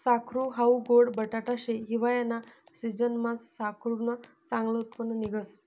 साकरू हाऊ गोड बटाटा शे, हिवायाना सिजनमा साकरुनं चांगलं उत्पन्न निंघस